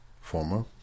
former